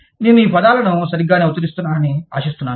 నేను ఈ పదాలను సరిగ్గానే ఉచ్చరిస్తున్నానని ఆశిస్తున్నాను